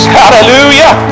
hallelujah